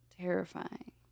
terrifying